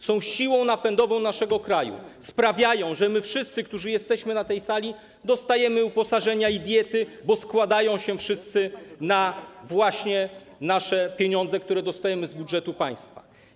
Są siłą napędową naszego kraju, sprawiają, że my wszyscy, którzy jesteśmy na tej sali, dostajemy uposażenia i diety, bo wszyscy składają się na nasze pieniądze, które dostajemy z budżetu państwa.